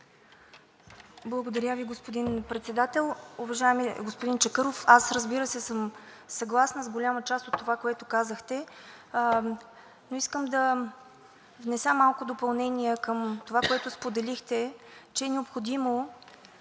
Благодаря Ви, господин Председател. Уважаеми господин Чакъров, разбира се, съгласна съм с голяма част от това, което казахте, но искам да внеса малко допълнения към това, което споделихте – че е необходимо